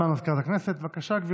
אני מזמין את שרת